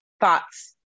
thoughts